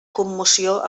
commoció